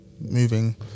Moving